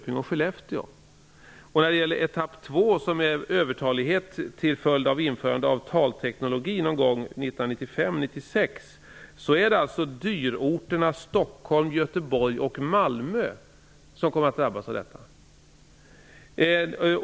I etapp ett är det Visby, Jönköping och 1995/96. Det är dyrorterna Stockholm, Göteborg och Malmö som kommer att drabbas av det.